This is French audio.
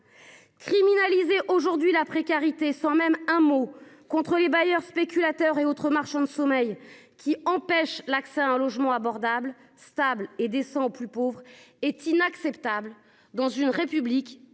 Criminaliser aujourd'hui la précarité sans même un mot contre les bailleurs spéculateurs et autres marchands de sommeil qui empêchent l'accès à un logement abordable stable et décent plus pauvres est inacceptable dans une République